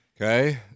Okay